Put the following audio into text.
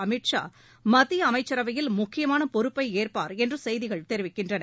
அமீத் ஷா மத்திய அமைச்சரவையில் முக்கியமான பொறுப்பை ஏற்பார் என்று செய்திகள் தெரிவிக்கின்றன